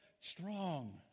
strong